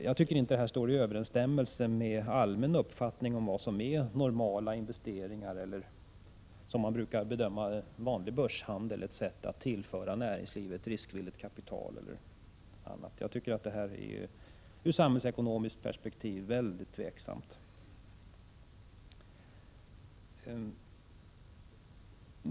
Jag tycker inte att detta står i överensstämmelse med den allmänna uppfattningen om vad som är normala investeringar eller — med tanke på vad som brukar anses vara vanlig börshandel — det vanliga sättet att tillföra näringslivet riskvilligt kapital och annat. Ur ett samhällsekonomiskt perspektiv tycker jag att detta är mycket tvivelaktigt.